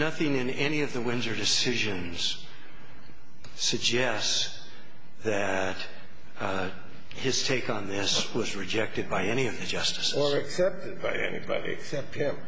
nothing in any of the windsor decisions suggests that his take on this was rejected by any of the justice or anybody except